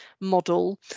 model